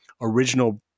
original